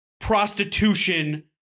prostitution